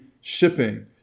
shipping